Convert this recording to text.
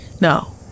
No